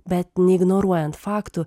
bet neignoruojant faktų